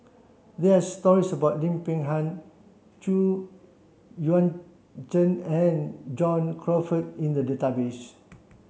there stories about Lim Peng Han Xu Yuan Zhen and John Crawfurd in the database